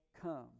come